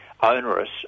onerous